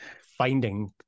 finding